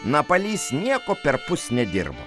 napalys nieko perpus nedirbo